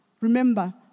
Remember